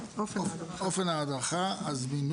השר